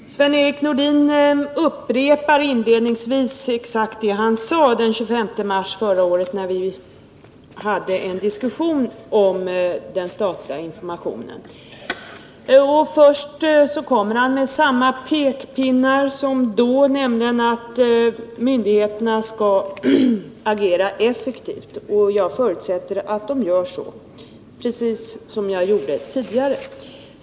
Herr talman! Sven-Erik Nordin upprepar inledningsvis exakt det han sade den 25 mars förra året när vi förde en diskussion om den statliga informationen. Han börjar med samma pekpinnar som då, nämligen att myndigheterna skall agera effektivt — och jag förutsätter att de gör så, precis som jag gjorde tidigare.